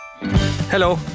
Hello